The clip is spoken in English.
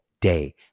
day